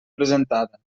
presentada